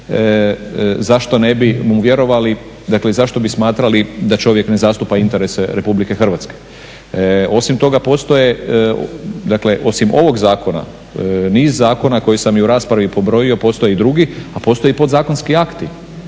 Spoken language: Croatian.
zašto ne bi mu vjerovali, dakle zašto bi smatrali da čovjek ne zastupa interese Republike Hrvatske. Osim toga postoje, dakle osim ovog zakona niz zakona koje sam i u raspravi pobrojio, postoje i drugi, a postoje i podzakonski akti,